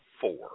four